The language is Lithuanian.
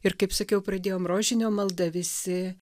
ir kaip sakiau pradėjom rožinio malda visi